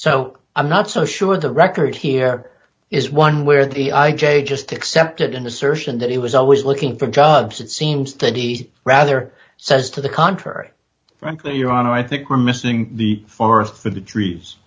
so i'm not so sure the record here is one where the i j a just accepted an assertion that he was always looking for jobs it seems that he rather says to the contrary frankly your honor i think we're missing the forest for the trees